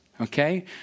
okay